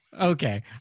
okay